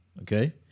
Okay